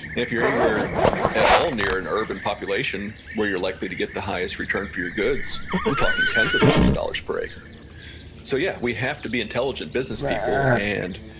if you're anywhere at all near an urban population where you're likely to get the highest return for your goods, we're talking tens of thousand dollars per acre so yeah, we have to be intelligent business people and